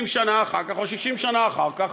50 שנה אחר כך או 60 שנה אחר כך.